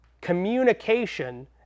communication